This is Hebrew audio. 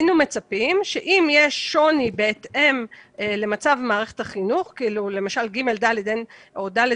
אם יש שוני בהתאם למצב מערכת החינוך כאילו למשל: ב-ג' ו-ד' או ב-ד'